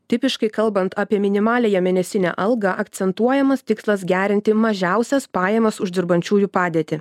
tipiškai kalbant apie minimaliąją mėnesinę algą akcentuojamas tikslas gerinti mažiausias pajamas uždirbančiųjų padėtį